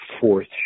fourth